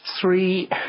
three